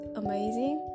amazing